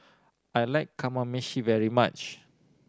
I like Kamameshi very much